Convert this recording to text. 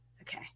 Okay